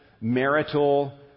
marital